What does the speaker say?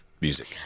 music